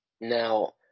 Now